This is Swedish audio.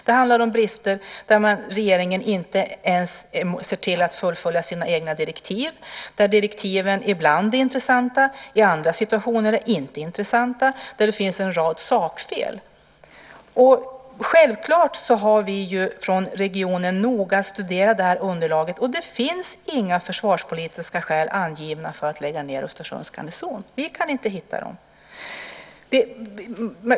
Det handlar om brister som att regeringen inte ens ser till att fullfölja sina egna direktiv - direktiv som ibland är intressanta och i andra situationer inte intressanta och där det finns en rad sakfel. Självklart har vi från regionen noga studerat underlaget. Det finns inga försvarspolitiska skäl angivna för att lägga ned Östersunds garnison. Vi kan inte hitta dem.